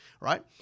right